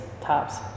tops